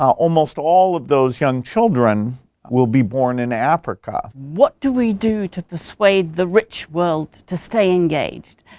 almost all of those young children will be born in africa. what do we do to persuade the rich world to stay engaged?